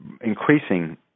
increasing